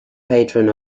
patron